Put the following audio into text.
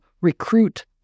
recruit